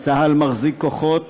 צה"ל מחזיק כוחות